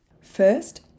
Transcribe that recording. First